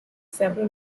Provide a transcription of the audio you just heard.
several